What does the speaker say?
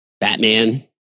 Batman